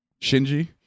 Shinji